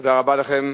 תודה רבה לכם.